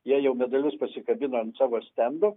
jie jau medalius pasikabino ant savo stendų